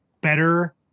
better